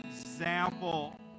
example